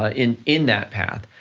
ah in in that path.